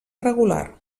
regular